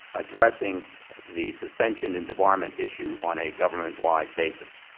addressing the suspension and debarment issue on a government-wide basis.